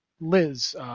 Liz